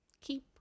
keep